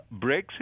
Brexit